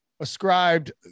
ascribed